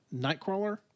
Nightcrawler